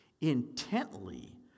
intently